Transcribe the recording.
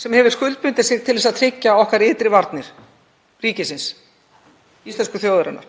sem hefur skuldbundið sig til þess að tryggja ytri varnir okkar, ríkisins, íslensku þjóðarinnar.